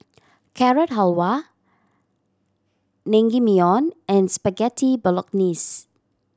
Carrot Halwa Naengmyeon and Spaghetti Bolognese